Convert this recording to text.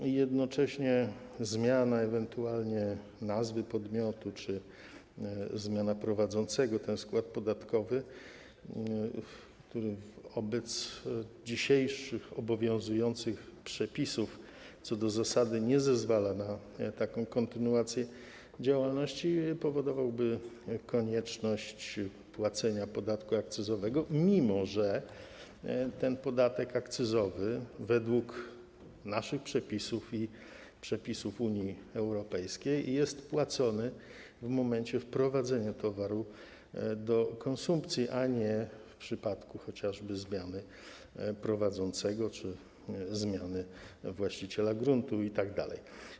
I jednocześnie zmiana ewentualnie nazwy podmiotu czy zmiana prowadzącego ten skład podatkowy, który wobec dzisiejszych obowiązujących przepisów co do zasady nie zezwala na taką kontynuację działalności, powodowałaby konieczność płacenia podatku akcyzowego, mimo że ten podatek akcyzowy według naszych przepisów i przepisów Unii Europejskiej jest płacony w momencie wprowadzenia towaru do konsumpcji, a nie w przypadku chociażby zmiany prowadzącego czy zmiany właściciela gruntu itd.